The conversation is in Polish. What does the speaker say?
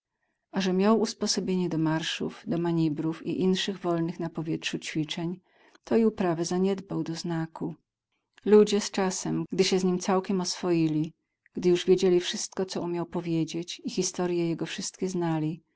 że miał usposobienie do marszów do manibrów i inszych wolnych na powietrzu ćwiczeń to i uprawę zaniedbał doznaku ludzie zczasem gdy się z nim całkiem oswoili gdy już wiedzieli wszystko co umiał powiedzieć i historje jego wszystkie znali